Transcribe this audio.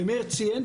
ומאיר ציין,